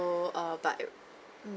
but